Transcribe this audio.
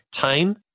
time